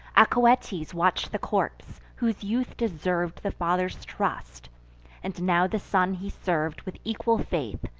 acoetes watch'd the corpse whose youth deserv'd the father's trust and now the son he serv'd with equal faith,